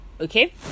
okay